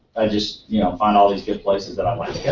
i just you know find all these good places that i'd like to